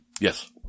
Yes